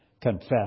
confess